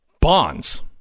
bonds